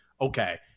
okay